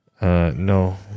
No